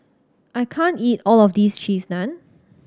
I can't eat all of this Cheese Naan